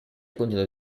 contento